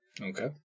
Okay